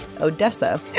odessa